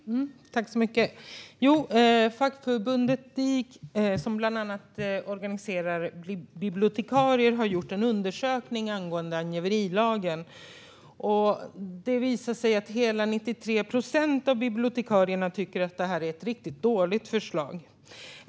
Herr talman! Fackförbundet DIK, som organiserar bland annat bibliotekarier, har gjort en undersökning angående angiverilagen. Det visade sig att hela 93 procent av bibliotekarierna tycker att detta är ett riktigt dåligt förslag.